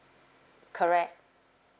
correct